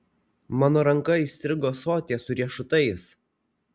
mano ranka įstrigo ąsotyje su riešutais